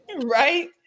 right